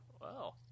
Wow